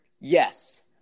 Yes